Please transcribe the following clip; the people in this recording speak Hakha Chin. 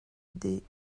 dih